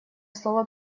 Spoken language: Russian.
слово